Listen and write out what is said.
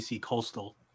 coastal